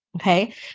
okay